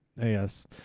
Yes